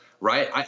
right